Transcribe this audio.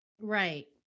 Right